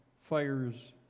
fires